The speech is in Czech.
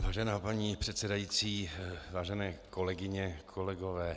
Vážená paní předsedající, vážené kolegyně, kolegové.